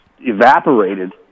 evaporated